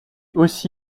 aussi